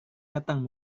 datang